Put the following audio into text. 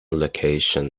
location